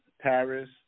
Paris